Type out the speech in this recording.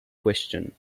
question